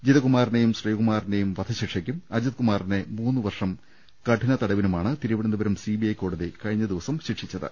ജിതകുമാറിനെയും ശ്രീകുമാറിനെയും വധശിക്ഷയ്ക്കും അജിത്കുമാറിനെ മൂന്നുവർഷം കഠിന തടവിനുമാണ് Thiruvananthapuram C B I കോടതി കഴിഞ്ഞ ദിവസം ശിക്ഷിച്ചത്